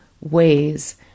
ways